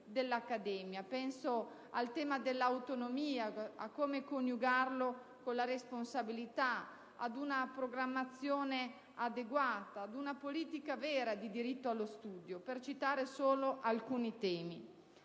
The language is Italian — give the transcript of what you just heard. penso al tema dell'autonomia, a come coniugarlo con la responsabilità, ad una programmazione adeguata, ad una politica vera di diritto allo studio, per citare solo alcuni temi.